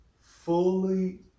fully